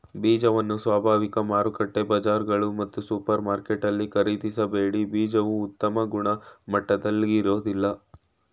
ಬೀಜವನ್ನು ಸ್ವಾಭಾವಿಕ ಮಾರುಕಟ್ಟೆ ಬಜಾರ್ಗಳು ಮತ್ತು ಸೂಪರ್ಮಾರ್ಕೆಟಲ್ಲಿ ಖರೀದಿಸಬೇಡಿ ಬೀಜವು ಉತ್ತಮ ಗುಣಮಟ್ಟದಾಗಿರೋದಿಲ್ಲ